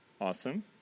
awesome